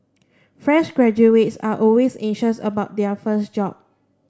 fresh graduates are always anxious about their first job